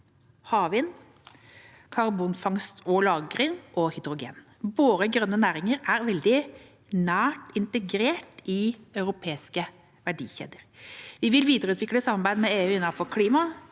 havvind, karbonfangst og -lagring og hydrogen. Våre grønne næringer er veldig nært integrert i europeiske verdikjeder. Vi vil videreutvikle samarbeidet med EU innenfor klima,